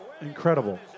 Incredible